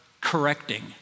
correcting